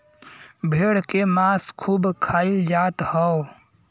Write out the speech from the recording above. भेड़ के मांस खूब खाईल जात हव